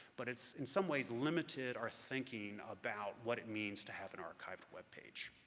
but it's in some ways limited our thinking about what it means to have an archived web page.